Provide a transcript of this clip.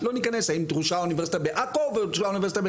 לא נכנס האם דרושה אוניברסיטה בעכו ובחיפה,